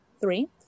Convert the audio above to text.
three